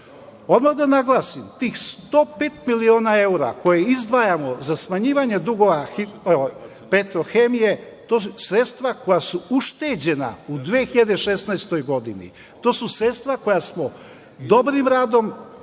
Odmah da naglasim, tih 105 miliona evra koje izdvajamo za smanjivanje dugova „Petrohemije“, to su sredstva koja su ušteđena u 2016. godini. To su sredstva koja smo dobrim radom,